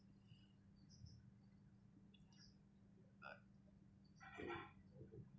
but